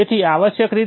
અને તેથી વધુ